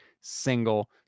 single